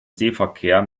seeverkehr